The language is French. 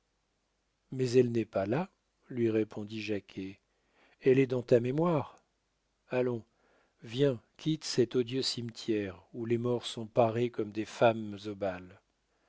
mais elle n'est pas là lui répondit jacquet elle est dans ta mémoire allons viens quitte cet odieux cimetière où les morts sont parés comme des femmes